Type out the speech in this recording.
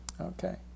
Okay